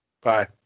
Bye